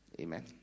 Amen